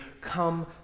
Come